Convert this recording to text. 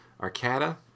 Arcata